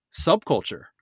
subculture